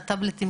טאבלטים,